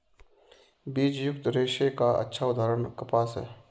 बीजयुक्त रेशे का अच्छा उदाहरण कपास है